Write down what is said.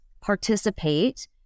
participate